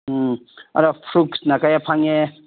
ꯎꯝ ꯑꯗꯣ ꯐ꯭ꯔꯨꯠꯁꯅ ꯀꯌꯥ ꯐꯪꯉꯦ